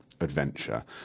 adventure